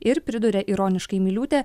ir priduria ironiškai miliūtė